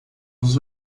nos